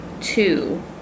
Two